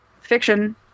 fiction